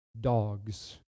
dogs